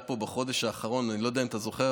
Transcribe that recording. פה בחודש האחרון אני לא יודע אם אתה זוכר,